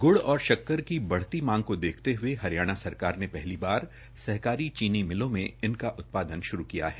ग्ड़ और शक्कर की बढ़ती मांग को देखते हए हरियाणा सरकार ने पहली बार सहकारी चीनी मिलों में इनका उत्पादन श्रू किया है